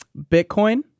Bitcoin